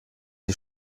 die